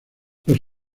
los